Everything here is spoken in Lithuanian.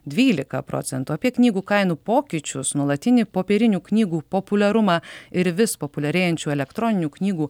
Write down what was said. dvylika procentų apie knygų kainų pokyčius nuolatinį popierinių knygų populiarumą ir vis populiarėjančių elektroninių knygų